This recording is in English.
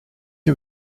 you